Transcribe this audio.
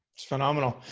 it's phenomenal.